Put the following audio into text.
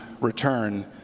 return